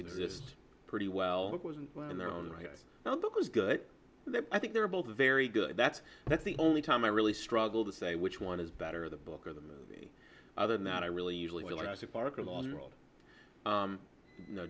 exist pretty well in their own right now the book is good i think they're both very good that's that's the only time i really struggle to say which one is better the book or the movie other than that i really usually